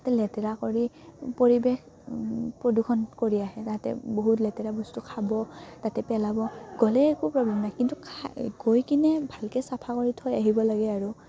তাতে লেতেৰা কৰি পৰিৱেশ প্ৰদূষণ কৰি আহে তাতে বহুত লেতেৰা বস্তু খাব তাতে পেলাব গ'লে একো প্ৰব্লেম নাই কিন্তু খ গৈ কিনে ভালকৈ চাফা কৰি থৈ আহিব লাগে আৰু